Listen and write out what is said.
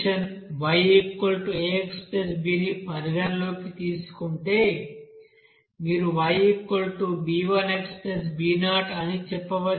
మీరు ఈ equation YaXb ని పరిగణనలోకి తీసుకుంటే మీరు Yb1xb0 అని చెప్పవచ్చు